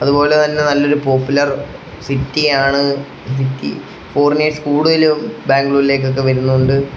അതുപോലെ തന്നെ നല്ലൊരു പോപ്പുലർ സിറ്റിയാണ് സിറ്റി ഫോറിനേഴ്സ് കൂടുതലും ബാംഗ്ലൂരിലേക്കൊക്കെ വരുന്നുണ്ട്